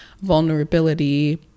vulnerability